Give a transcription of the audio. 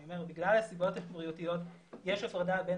אני אומר שבגלל הסיבות הבריאותית יש הפרדה בין